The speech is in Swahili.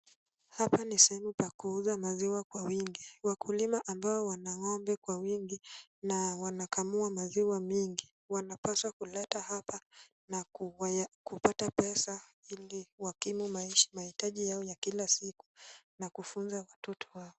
Hapa ni sehemu pa kuuza maziwa kwa wingi. Wakulima ambao wana ng'ombe kwa wingi na wanakamua maziwa mingi wanapaswa kuleta hapa na kupata pesa ili wakimu mahitaji yao ya kila siku na kufunza watoto wao.